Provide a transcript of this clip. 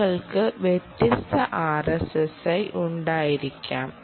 നിങ്ങൾക്ക് വ്യത്യസ്ത RSSI ഉണ്ടായിരിക്കാം